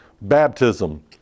baptism